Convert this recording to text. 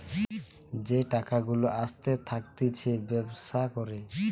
যেই টাকা গুলা আসতে থাকতিছে ব্যবসা করে